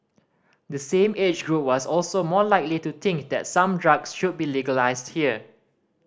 the same age group was also more likely to think that some drugs should be legalised here